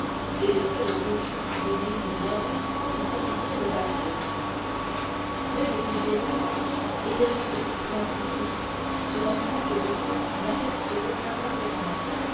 et les feuilles rougies des vignes vierges qui tapissaient le balcon l'oeil du vieillard était rivé pour ainsi dire sur un point que villefort n'apercevait qu'imparfaitement